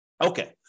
Okay